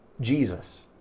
jesus